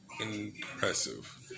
Impressive